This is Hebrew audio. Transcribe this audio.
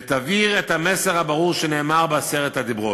ותעביר את המסר הברור שנאמר בעשרת הדיברות: